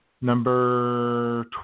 Number